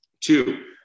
Two